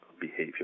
behavior